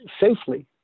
safely